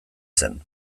zen